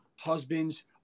husbands